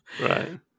right